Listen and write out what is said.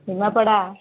Nimapada